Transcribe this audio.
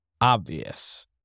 obvious